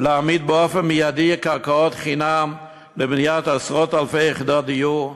ולהעמיד מייד קרקעות חינם לבניית עשרות-אלפי יחידות דיור,